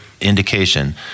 indication